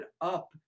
up